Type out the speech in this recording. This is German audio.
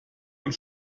und